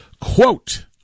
Quote